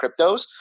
cryptos